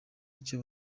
icyo